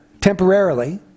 temporarily